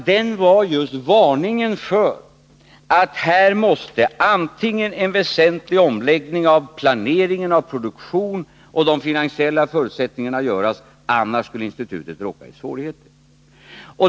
Den var just varningen för att här måste en väsentlig omläggning av planeringen av produktion och de finansiella förutsättningarna göras, annars skulle institutet råka i svårigheter.